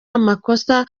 amakosa